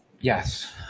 yes